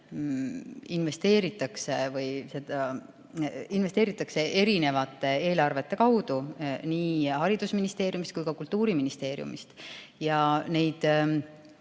keele õppesse investeeritakse erinevate eelarvete kaudu nii haridusministeeriumis kui ka Kultuuriministeeriumis ja neid